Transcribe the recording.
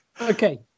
Okay